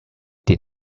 did